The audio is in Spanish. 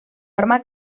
arma